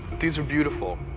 these are beautiful.